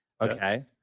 okay